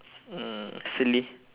uh silly